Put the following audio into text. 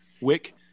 Wick